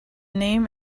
name